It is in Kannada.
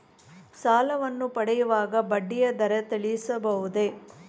ಸಾಲವನ್ನು ಪಡೆಯುವಾಗ ಬಡ್ಡಿಯ ದರ ತಿಳಿಸಬಹುದೇ?